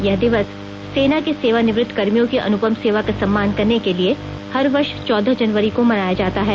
यह दिवस सेना के सेवानिवृत्त कर्मियों की अनुपम सेवा का सम्मान करने के लिए हर वर्ष चौदह जनवरी को मनाया जाता है